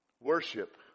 worship